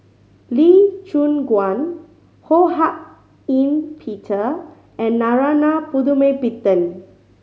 Lee Choon Guan Ho Hak Ean Peter and Narana Putumaippittan